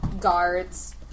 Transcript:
guards